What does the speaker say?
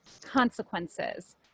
consequences